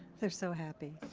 they're so happy.